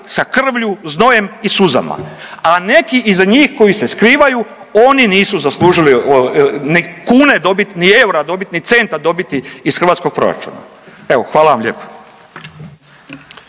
sa krvlju, znojem i suzama, a neki iza njih koji se skrivaju oni nisu zaslužili ni kune dobit, ni eura dobit, ni centa dobiti iz hrvatskog proračuna. Evo, hvala vam lijepo.